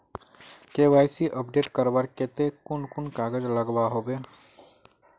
KYC update करवार केते कुन कुन कागज लागोहो होबे?